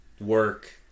work